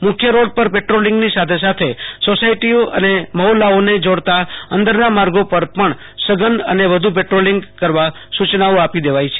મુખ્ય રોડ પર પેટ્રોલીંગની સાથે સાથે સોસાયટીઓ અને મહોલ્લાઓને જોડતા અંદરના માગો પર પણ સઘન અને વધુ પેટ્રોલીંગ કરવા સુચનાઓ આપી દેવાઈ છે